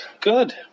Good